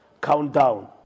countdown